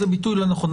זה ביטוי לא נכון,